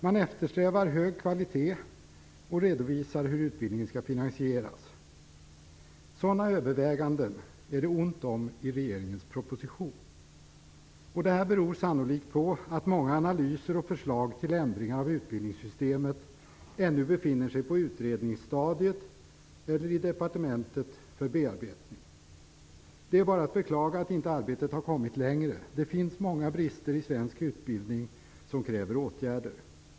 Man eftersträvar hög kvalitet och redovisar hur utbildningen skall finansieras. Sådana överväganden är det ont om i regeringens proposition. Detta beror sannolikt på att många analyser och förslag till ändringar av utbildningssystemet ännu befinner sig på utredningsstadiet eller i departementet för bearbetning. Det är bara att beklaga att arbetet inte har kommit längre. Det finns många brister i svensk utbildning som kräver åtgärder.